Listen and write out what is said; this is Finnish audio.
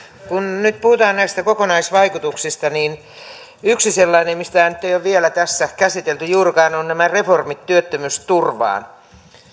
kun nyt puhutaan näistä kokonaisvaikutuksista niin yksi sellainen mitä nyt ei ole vielä tässä käsitelty juurikaan on nämä reformit työttömyysturvaan